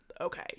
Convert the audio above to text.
okay